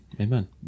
Amen